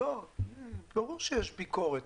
ברור שיש ביקורת,